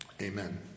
Amen